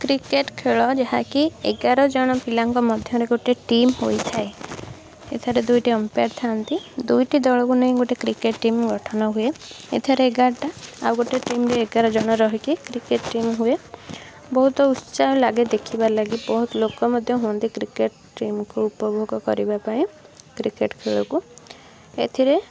cricket ଖେଳ ଯାହାକି ଏଗାର ଜଣ ପିଲାଙ୍କ ମଧ୍ୟରେ ଗୋଟେ ଟିମ୍ ହୋଇଥାଏ ଏଥିରେ ଦୁଇଟି ଅମ୍ପେୟାର୍ ଥାଆନ୍ତି ଦୁଇଟି ଦଳକୁ ନେଇ ଗୋଟେ କ୍ରିକେଟ୍ ଟିମ୍ ଗଠନ ହୁଏ ଏଥିରେ ଏଗାରଟା ଆଉ ଗୋଟେ ଟିମ୍ରେ ଏଗାର ଜଣ ରହିକି କ୍ରିକେଟ୍ ଟିମ୍ ହୁଏ ବହୁତ ଉତ୍ସାହ ଲାଗେ ଦେଖିବା ଲାଗି ବହୁତ ଲୋକ ମଧ୍ୟ ହୁଅନ୍ତି କ୍ରିକେଟ୍ ଟିମ୍କୁ ଉପଭୋଗ କରିବା ପାଇଁ କ୍ରିକେଟ୍ ଖେଳକୁ ଏଥିରେ